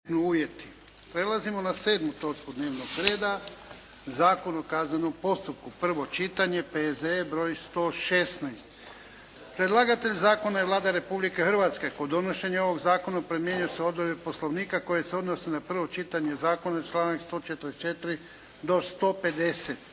Prelazimo na sedmu točku dnevnog reda - Zakon o kaznenom postupku, prvo čitanje P.Z.E. br. 116. Predlagatelj zakona je Vlada Republike Hrvatske. Kod donošenja ovog zakona primjenjuju se odredbe Poslovnika koje se odnose na prvo čitanje zakona članak 144. do 150.